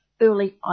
early